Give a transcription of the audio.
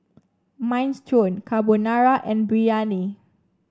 Minestrone Carbonara and Biryani